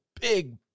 big